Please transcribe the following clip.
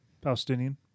Palestinian